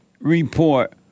Report